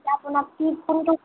এতিয়া আপোনাক কি কোনটো